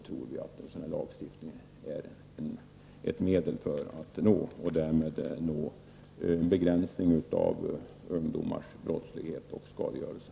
Vi tror att en lagstiftning är ett medel att nå en begränsning av ungdomars brottslighet och skadegörelse.